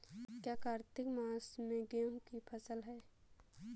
क्या कार्तिक मास में गेहु की फ़सल है?